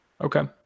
Okay